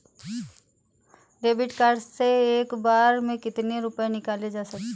David card से एक बार में कितनी रूपए निकाले जा सकता है?